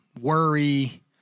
worry